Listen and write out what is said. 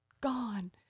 gone